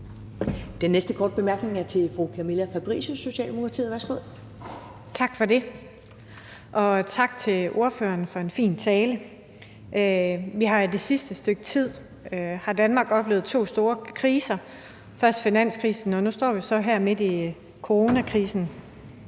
Den næste korte bemærkning er fra fru Camilla Fabricius, Socialdemokratiet. Værsgo. Kl. 11:09 Camilla Fabricius (S): Tak for det, og tak til ordføreren for en fin tale. Vi har i det sidste stykke tid i Danmark oplevet to store kriser: først finanskrisen, og nu står vi så her midt i coronakrisen.